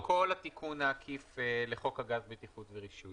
כל התיקון העקיף לחוק הגז (בטיחות ורישוי).